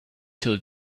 till